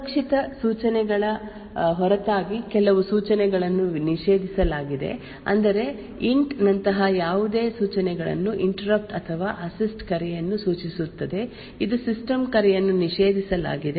ಸುರಕ್ಷಿತ ಸೂಚನೆಗಳ ಹೊರತಾಗಿ ಕೆಲವು ಸೂಚನೆಗಳನ್ನು ನಿಷೇಧಿಸಲಾಗಿದೆ ಅಂದರೆ ಇಂಟ್ ನಂತಹ ಯಾವುದೇ ಸೂಚನೆಗಳನ್ನು ಇಂಟರಪ್ಟ್ ಅಥವಾ ಅಸಿಸ್ಟ್ ಕರೆಯನ್ನು ಸೂಚಿಸುತ್ತದೆ ಇದು ಸಿಸ್ಟಮ್ ಕರೆಯನ್ನು ನಿಷೇಧಿಸಲಾಗಿದೆ